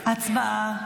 הצבעה.